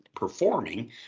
performing